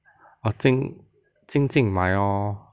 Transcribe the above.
but 静静静买 hor